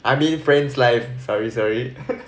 I mean friend's life sorry sorry